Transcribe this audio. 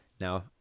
now